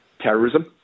terrorism